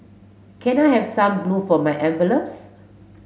can I have some glue for my envelopes